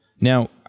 Now